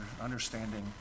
understanding